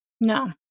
No